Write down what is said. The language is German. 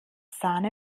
sahne